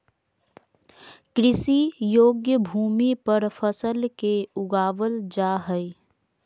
कृषि योग्य भूमि पर फसल के उगाबल जा हइ